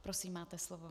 Prosím, máte slovo.